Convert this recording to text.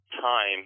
time